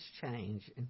change